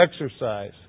exercise